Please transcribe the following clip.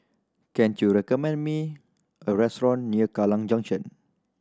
can you recommend me a restaurant near Kallang Junction